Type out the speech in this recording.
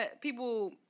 people